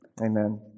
Amen